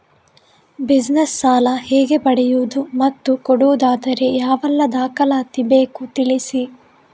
Business ಸಾಲ ಹೇಗೆ ಪಡೆಯುವುದು ಮತ್ತು ಕೊಡುವುದಾದರೆ ಯಾವೆಲ್ಲ ದಾಖಲಾತಿ ಬೇಕು ತಿಳಿಸಿ?